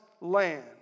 land